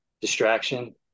distraction